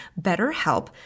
BetterHelp